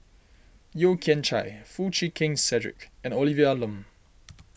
Yeo Kian Chye Foo Chee Keng Cedric and Olivia Lum